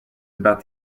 about